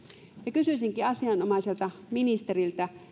kysyisinkin asianomaiselta ministeriltä